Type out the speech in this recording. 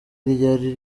ryari